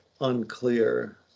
unclear